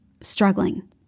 struggling